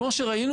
כמו שראינו,